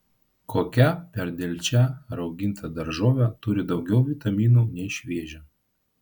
kokia per delčią rauginta daržovė turi daugiau vitaminų nei šviežia